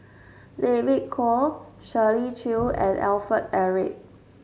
David Kwo Shirley Chew and Alfred Eric